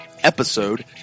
Episode